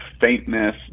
faintness